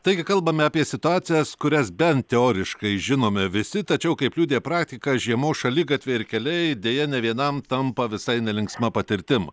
taigi kalbame apie situacijas kurias bent teoriškai žinome visi tačiau kaip liudija praktika žiemos šaligatviai ir keliai deja ne vienam tampa visai nelinksma patirtim